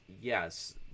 yes